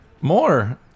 more